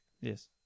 yes